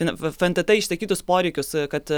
fntt išsakytus poreikius kad